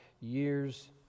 years